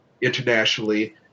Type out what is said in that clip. internationally